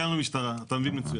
אתה מבין מצוין.